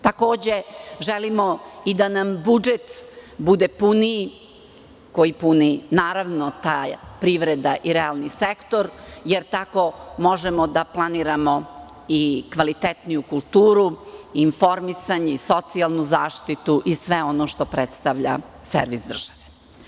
Takođe, želimo i da nam budžet bude puniji, koji nam pune ta privreda i realni sektor, jer tako možemo da planiramo i kvalitetniju kulturu i informisanje i socijalnu zaštitu i sve ono što predstavlja servis države.